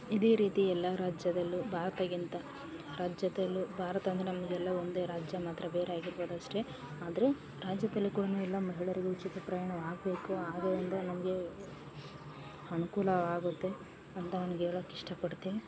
ಇದೇ ರೀತಿ ಎಲ್ಲ ರಾಜ್ಯದಲ್ಲು ಭಾರತಗಿಂತ ರಾಜ್ಯದಲ್ಲು ಭಾರತ ಅಂದರೆ ನಮಗೆಲ್ಲ ಒಂದೇ ರಾಜ್ಯ ಮಾತ್ರ ಬೇರೆ ಆಗಿರ್ಬೋದು ಅಷ್ಟೇ ಆದರೆ ರಾಜ್ಯದಲ್ಲು ಕೂಡ ಎಲ್ಲ ಮಹಿಳೆಯರಿಗೆ ಉಚಿತ ಪ್ರಯಾಣವು ಆಗಬೇಕು ಆಗ ಇಂದ ನಮಗೆ ಅನುಕೂಲ ಆಗುತ್ತೆ ಅಂತ ನನ್ಗೆ ಹೇಳಕ್ ಇಷ್ಟ ಪಡ್ತೀನಿ